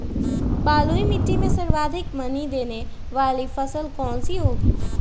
बलुई मिट्टी में सर्वाधिक मनी देने वाली फसल कौन सी होंगी?